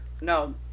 no